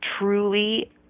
truly